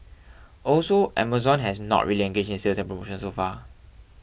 also Amazon has not really engaged in sales and promotions so far